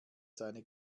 seine